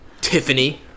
Tiffany